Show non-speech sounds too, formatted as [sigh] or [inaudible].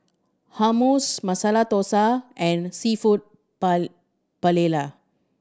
Hummus Masala Dosa and Seafood [unintelligible] Paella